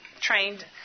trained